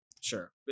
Sure